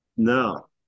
No